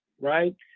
right